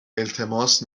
التماس